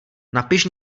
napiš